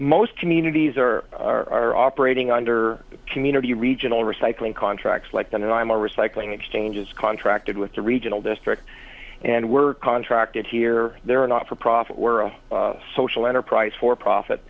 most communities are are operating under community regional recycling contracts like that and i'm a recycling exchanges contracted with a regional district and we're contracted here there are not for profit we're a social enterprise for profit